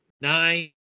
Nine